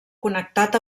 connectat